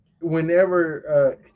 whenever